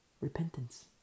Repentance